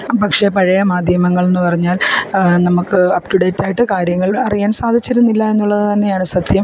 പക്ഷേ പഴയ മാധ്യമങ്ങൾ എന്ന് പറഞ്ഞാൽ നമുക്ക് അപ്പ് ടു ഡേറ്റ് ആയിട്ട് കാര്യങ്ങൾ അറിയാൻ സാധിച്ചിരുന്നില്ല എന്നുള്ളത് തന്നെയാണ് സത്യം